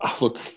Look